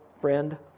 friend